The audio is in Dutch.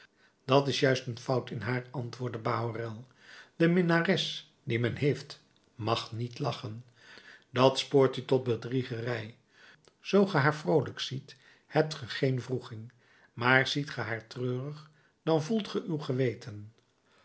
dat is juist een fout in haar antwoordde bahorel de minnares die men heeft mag niet lachen dat spoort u tot bedriegerij zoo ge haar vroolijk ziet hebt ge geen wroeging maar ziet ge haar treurig dan voelt ge uw geweten